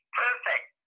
perfect